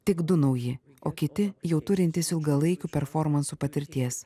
tik du nauji o kiti jau turintys ilgalaikių performansų patirties